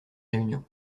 réunion